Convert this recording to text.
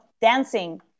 dancing